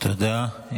תודה.